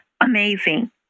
Amazing